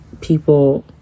people